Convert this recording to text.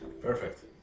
Perfect